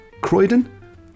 Croydon